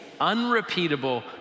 unrepeatable